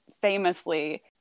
famously